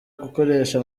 gukoresha